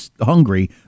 hungry